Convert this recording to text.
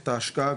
את ההשקעה,